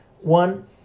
one